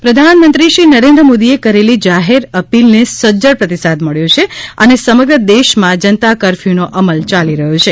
curfew પ્રધાનમંત્રી શ્રી નરેન્દ્ર મોદીએ કરેલી જાહેર અપીલને સજજડ પ્રતિસાદ મળ્યો છે અને સમગ્ર દેશમાં જનતા કરફથુનો અમલ ચાલી રહયો છે